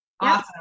awesome